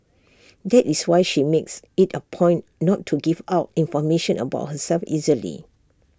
that is why she makes IT A point not to give out information about herself easily